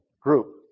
group